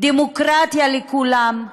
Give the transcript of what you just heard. דמוקרטיה לכולם,